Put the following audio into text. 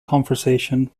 conversation